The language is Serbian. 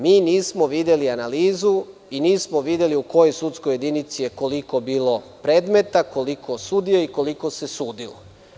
Mi nismo videli analizu i nismo videli u kojoj sudskoj jedinici je koliko bilo predmeta, koliko sudija i koliko se sudilo.